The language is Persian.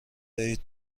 دهید